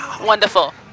Wonderful